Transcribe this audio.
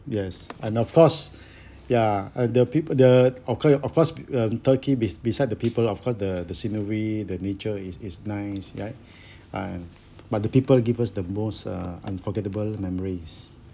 yes and of course ya and the people the okay of course um turkey be~ beside the people of course the the scenery the nature is is nice right ah but the people give us the most uh unforgettable memories